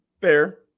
Fair